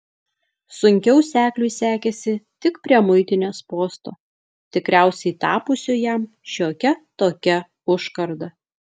sunkiau sekliui sekėsi tik prie muitinės posto tikriausiai tapusio jam šiokia tokia užkarda